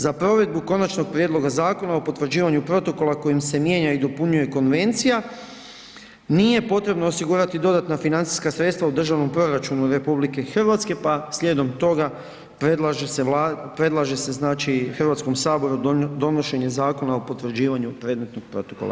Za provedbu Konačnog prijedlog Zakona o potvrđivanju protokola kojim se mijenja i dopunjuje konvencija nije potrebno osigurati dodatna financijska sredstva u državnom proračunu RH pa slijedom toga, predlaže se HS-u donošenje zakona o potvrđivanju predmetnog protokola.